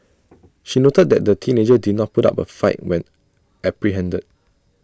she noted that the teenager did not put up A fight when apprehended